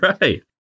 right